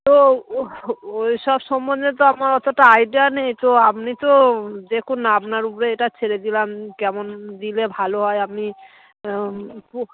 তো ওই ওই সব সম্বন্ধে তো আমার অতটা আইডিয়া নেই তো আপনি তো দেখুন না আপনার উপরে এটা ছেড়ে দিলাম কেমন দিলে ভালো হয় আপনি পু